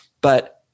but-